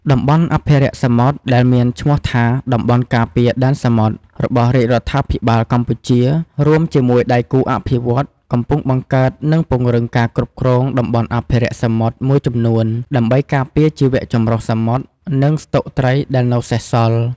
តំបន់អភិរក្សសមុទ្រ ដែលមានឈ្មោះថា តំបន់ការពារដែនសមុទ្រ របស់រាជរដ្ឋាភិបាលកម្ពុជា រួមជាមួយដៃគូអភិវឌ្ឍន៍ កំពុងបង្កើត និងពង្រឹងការគ្រប់គ្រងតំបន់អភិរក្សសមុទ្រមួយចំនួន ដើម្បីការពារជីវៈចម្រុះសមុទ្រ និងស្តុកត្រីដែលនៅសេសសល់។